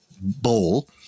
bowl